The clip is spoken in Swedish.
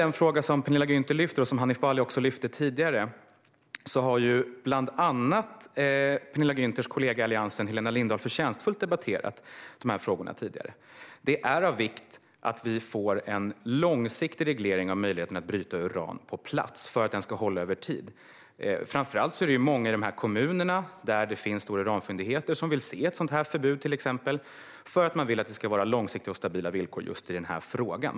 Den fråga som Penilla Gunther lyfter upp, och som tidigare även Hanif Bali tog upp, debatterade bland annat Penilla Gunthers allianskollega Helena Lindahl förtjänstfullt tidigare. Det är av vikt att vi får en långsiktig reglering av möjligheterna att bryta uran på plats för att den ska hålla över tid. Framför allt är det många i de kommuner där det finns stora uranfyndigheter som vill se ett sådant förbud, eftersom de vill ha långsiktiga och stabila villkor i frågan.